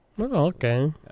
Okay